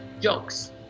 jokes